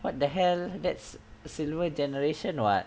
what the hell that's silver generation [what]